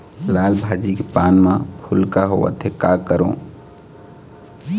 लाल भाजी के पान म भूलका होवथे, का करों?